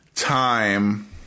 Time